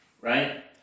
right